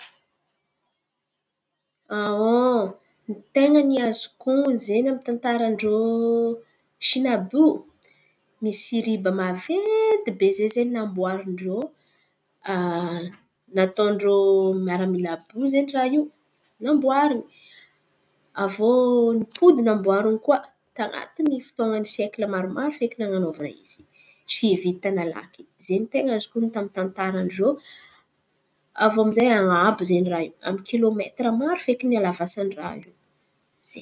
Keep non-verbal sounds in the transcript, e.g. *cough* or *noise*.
*hesitation* Ny ten̈a ny azoko honon̈o zen̈y ny tantaran-drô Siny àby io, misy riba maventy be zen̈y namboarin-drô. *hesitation* nataon-drô maramila àby iô izen̈y raha iô namboarin̈y avô nimpody namboarin̈y koa tan̈atin’ny fotoana siekla maromaro feky nanôvan̈a izy. Tsy vita nalaky zen̈y ten̈a ny azoko honon̈o tamin’ny tantaran-drô. Avô aminjay an̈abo raha aminy iô kilômetra maro feky halavasany raha io.